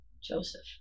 Joseph